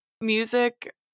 music